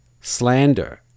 slander